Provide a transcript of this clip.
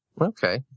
Okay